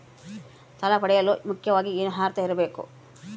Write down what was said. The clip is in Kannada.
ಸಾಲ ಪಡೆಯಲು ಮುಖ್ಯವಾಗಿ ಏನು ಅರ್ಹತೆ ಇರಬೇಕು?